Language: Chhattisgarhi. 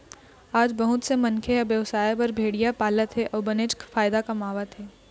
आज बहुत से मनखे ह बेवसाय बर भेड़िया पालत हे अउ बनेच फायदा कमावत हे